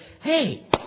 Hey